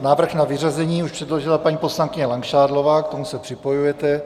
Návrh na vyřazení už předložila paní poslankyně Langšádlová, k tomu se připojujete.